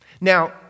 Now